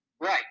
Right